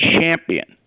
champion